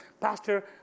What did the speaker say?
Pastor